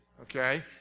okay